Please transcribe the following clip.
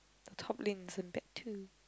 top lane is on that too